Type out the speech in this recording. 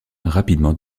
rapidement